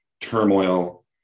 turmoil